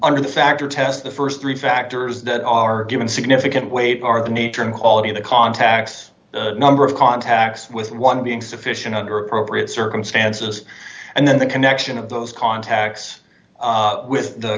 the factor test the st three factors that are given significant weight are the nature and quality of the contacts number of contacts with one being sufficient under appropriate circumstances and then the connection of those contacts with the